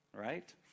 right